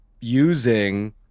using